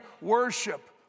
worship